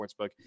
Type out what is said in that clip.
Sportsbook